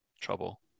trouble